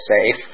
safe